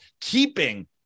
keeping